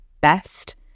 best